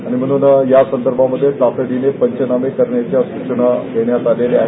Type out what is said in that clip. आणि म्हणून या संदर्भात तातडीनं पंचनामे करण्याच्या सूचना देण्यात आलेल्या आहेत